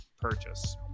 purchase